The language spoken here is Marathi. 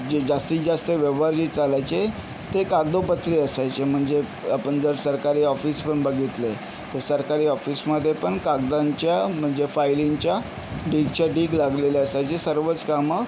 जे जास्तीत जास्त व्यवहार जे चालायचे ते कागदोपत्री असायचे म्हणजे आपण जर सरकारी ऑफिस पण बघितले तर सरकारी ऑफिसमध्ये पण कागदांच्या म्हणजे फायलींच्या ढीगच्या ढीग लागलेले असायचे सर्वस कामं